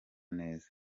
neza